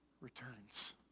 returns